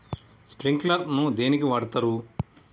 Sprinkler ను దేనికి వాడుతరు?